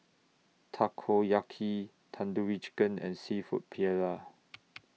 Takoyaki Tandoori Chicken and Seafood Paella